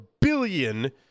billion